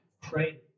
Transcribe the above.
pray